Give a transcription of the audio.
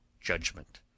judgment